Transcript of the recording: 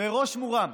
בראש מורם,